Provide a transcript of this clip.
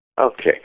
Okay